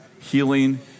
healing